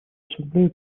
ассамблею